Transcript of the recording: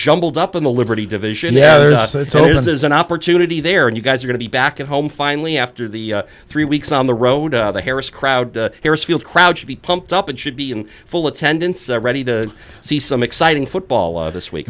jumbled up in the liberty division so there's an opportunity there and you guys are going to be back at home finally after the three weeks on the road the harris crowd here is filled crowd should be pumped up and should be in full attendance ready to see some exciting football this week